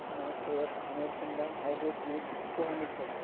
नागपुरत धानेर कुनटा हाइब्रिड बीज कुहा मिल छ